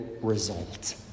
result